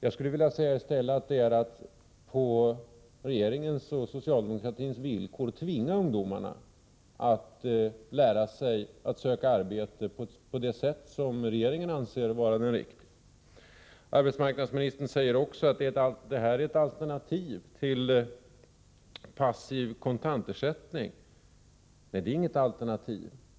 Jag skulle vilja säga att det är att tvinga ungdomar att lära sig att söka arbete på det sätt som regeringen och socialdemokratin anser vara det riktiga. Arbetsmarknadsministern säger också att det här är ett alternativ till passiv kontantersättning. Nej, det är inget alternativ.